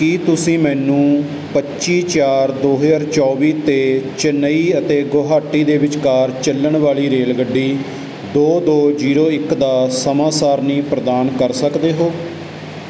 ਕੀ ਤੁਸੀਂ ਮੈਨੂੰ ਪੱਚੀ ਚਾਰ ਦੋ ਹਜ਼ਾਰ ਚੌਵੀ 'ਤੇ ਚੇਨਈ ਅਤੇ ਗੁਹਾਟੀ ਦੇ ਵਿਚਕਾਰ ਚੱਲਣ ਵਾਲੀ ਰੇਲਗੱਡੀ ਦੋ ਦੋ ਜ਼ੀਰੋ ਇੱਕ ਦਾ ਸਮਾਂ ਸਾਰਣੀ ਪ੍ਰਦਾਨ ਕਰ ਸਕਦੇ ਹੋ